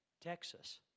Texas